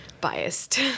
biased